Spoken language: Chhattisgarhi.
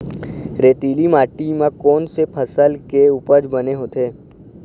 रेतीली माटी म कोन से फसल के उपज बने होथे?